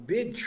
Big